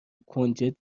کنجد